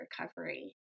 recovery